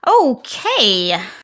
Okay